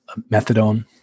methadone